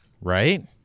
right